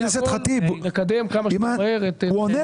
הישיבה ננעלה